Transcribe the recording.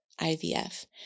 IVF